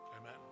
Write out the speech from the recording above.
amen